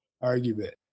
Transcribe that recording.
argument